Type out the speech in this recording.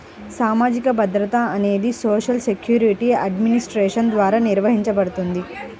సామాజిక భద్రత అనేది సోషల్ సెక్యూరిటీ అడ్మినిస్ట్రేషన్ ద్వారా నిర్వహించబడుతుంది